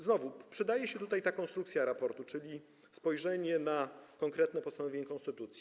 Znowu przydaje się tutaj ta konstrukcja raportu, czyli spojrzenie na konkretne postanowienia konstytucji.